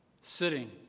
sitting